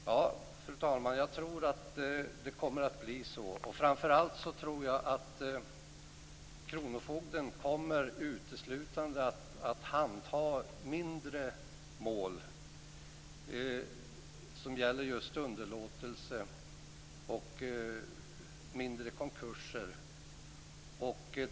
Fru talman! Jag tror att det kommer att bli så. Framför allt tror jag att kronofogden uteslutande kommer att handa mindre mål som gäller just underlåtelse och mindre konkurser.